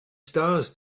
stars